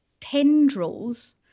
tendrils